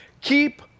Keep